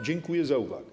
Dziękuję za uwagę.